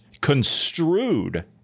construed